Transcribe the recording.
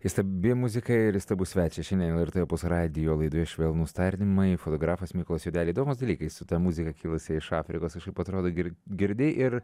įstabi muzika ir įstabus svečias šiandien lrt opus radijo laidoje švelnūs tardymai fotografas mykolas juodelė įdomūs dalykai su ta muzika kilusia iš afrikos kažkaip atrodo gir girdi ir